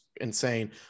insane